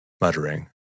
muttering